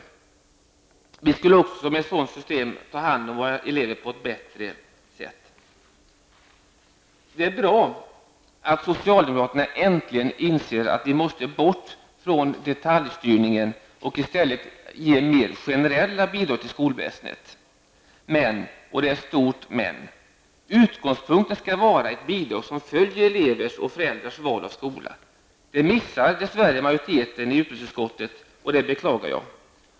Vi skulle också med ett sådant system ta hand om eleverna på ett bättre sätt. Det är bra att socialdemokraterna äntligen inser att vi måste bort från detaljstyrningen och i stället ge mer generella bidrag till skolväsendet. Men, och det är ett stort men, utgångspunkten skall vara ett bidrag som följer elevers och föräldrars val av skola. Det missar dess värre majoriteten i utbildningsutskottet, och det beklagar jag.